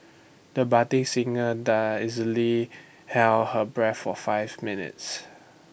the budding singer easily held her breath for five minutes